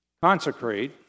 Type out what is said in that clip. Consecrate